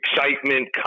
excitement